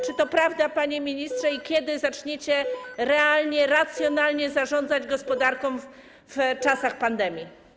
Czy to prawda, panie ministrze, i kiedy zaczniecie realnie, racjonalnie zarządzać gospodarką w czasach pandemii?